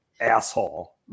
asshole